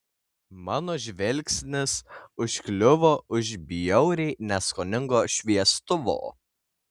mano žvilgsnis užkliuvo už bjauriai neskoningo šviestuvo